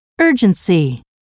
urgency